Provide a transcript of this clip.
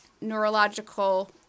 neurological